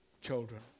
children